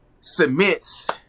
cements